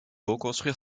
reconstruire